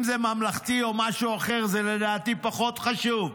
אם זה ממלכתי או משהו אחר, זה לדעתי פחות חשוב".